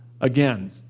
again